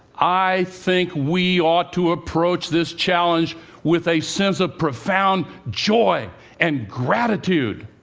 i think we ought to approach this challenge with a sense of profound joy and gratitude